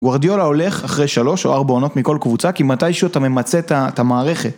וורדיולה הולך אחרי שלוש או ארבע עונות מכל קבוצה כי מתישהו אתה ממצה את המערכת